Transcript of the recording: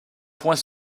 points